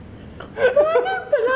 pl